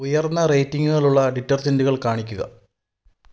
ഉയർന്ന റേറ്റിംഗുകളുള്ള ഡിറ്റർജൻറ്റുകൾ കാണിക്കുക